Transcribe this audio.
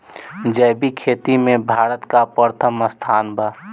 जैविक खेती में भारत का प्रथम स्थान बा